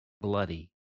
bloody